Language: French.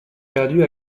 perdue